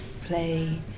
play